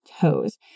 toes